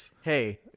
Hey